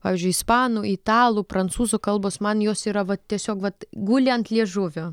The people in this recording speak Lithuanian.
pavyzdžiui ispanų italų prancūzų kalbos man jos yra vat tiesiog vat guli ant liežuvio